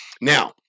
Now